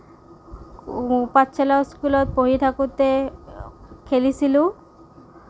পাঠশালা স্কুলত পঢ়ি থাকোঁতে খেলিছিলোঁ